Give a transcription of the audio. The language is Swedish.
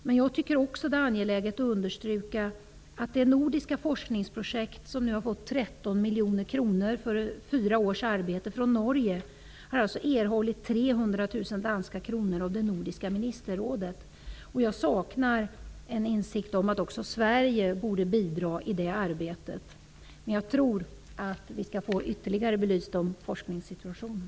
Men jag tycker också att det är angeläget att understryka att det nordiska forskningsprojekt som nu har fått 13 miljoner kronor, för fyra års arbete, från Norge har erhållit 300 000 danska kronor av det nordiska ministerrådet. Man bör komma till insikt om att också Sverige borde bidra i det arbetet. Jag tror att vi skall få forskningssituationen ytterligare belyst.